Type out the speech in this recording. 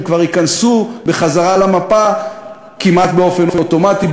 הם כבר ייכנסו בחזרה למפה כמעט באופן אוטומטי.